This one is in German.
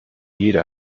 jeder